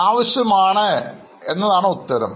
ആവശ്യമാണ് എന്നതാണ് ഉത്തരം